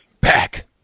back